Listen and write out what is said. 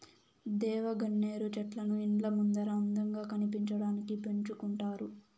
దేవగన్నేరు చెట్లను ఇండ్ల ముందర అందంగా కనిపించడానికి పెంచుకుంటారు